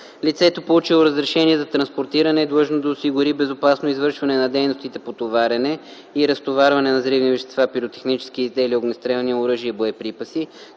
Лицето, получило разрешение за транспортиране, е длъжно да осигури безопасно извършване на дейностите по товарене и разтоварване на взривни вещества, пиротехнически изделия, огнестрелни оръжия и боеприпаси,